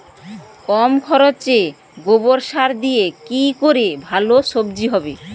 কম খরচে গোবর সার দিয়ে কি করে ভালো সবজি হবে?